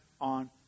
on